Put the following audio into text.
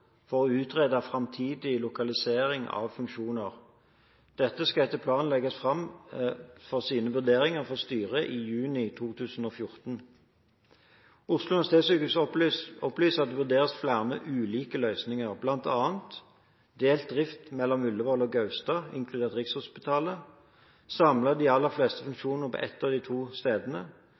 for å utrede framtidig lokalisering av funksjoner. Dette skal etter planen legges fram for vurderinger i styret i juni 2014. Oslo universitetssykehus opplyser at det vurderes flere ulike løsninger, bl.a. delt drift mellom Ullevål og Gaustad, inkludert Rikshospitalet, å samle de aller fleste funksjoner på ett av de to stedene,